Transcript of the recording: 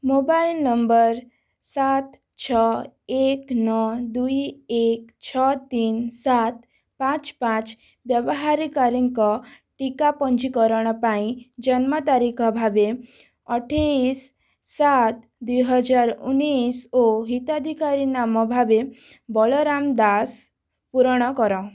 mobile number ସାତ ଛଅ ଏକ ନଅ ଦୁଇ ଏକ ଛଅ ତିନି ସାତ ପାଞ୍ଚ ପାଞ୍ଚ ବ୍ୟବହାରକାରୀଙ୍କ ଟୀକା ପଞ୍ଜୀକରଣ ପାଇଁ ଜନ୍ମ ତାରିଖ ଭାବେ ଅଠେଇଶି ସାତ ଦୁଇହାଜର ଉଣେଇଶି ଓ ହିତାଧିକାରୀ ନାମ ଭାବେ ବଳରାମ ଦାସ ପୂରଣ କର